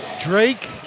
Drake